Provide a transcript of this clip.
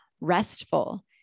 restful